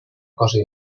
cosa